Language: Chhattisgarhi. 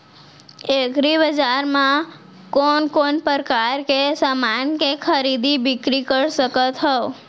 एग्रीबजार मा मैं कोन कोन परकार के समान के खरीदी बिक्री कर सकत हव?